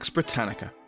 Britannica